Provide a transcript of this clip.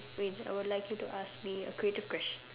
wait I would like you to ask me a creative question